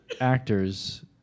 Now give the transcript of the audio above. actors